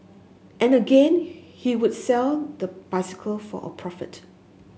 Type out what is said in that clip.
and again he would sell the bicycle for a profit